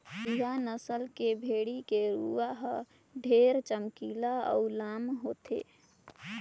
बड़िहा नसल के भेड़ी के रूवा हर ढेरे चमकीला अउ लाम होथे